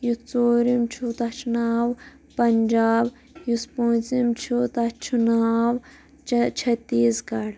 یُس ژورِم چھُ تتھ چھُ ناو پنٛجاب یُس پٲنژِم چھُ تتھ چھُ ناو چھتیٖس گڑھ